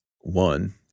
One